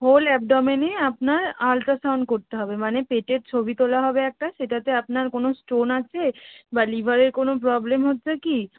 whole অ্যাবডোমেনে আপনার ultrasound করতে হবে মানে পেটের ছবি তোলা হবে একটা সেটাতে আপনার কোনো স্টোন আছে বা লিভারের কোনো প্রবলেম হচ্ছে কি